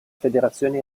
federazione